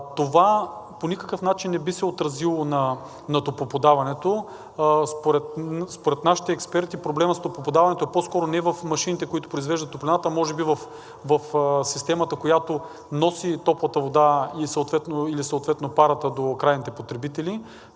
Това по никакъв начин не би се отразило на топлоподаването. Според нашите експерти проблемът с топлоподаването е по-скоро не в машините, които произвеждат топлината, а може би в системата, която носи топлата вода или съответно парата до крайните потребители.